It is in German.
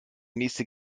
nächste